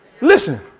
Listen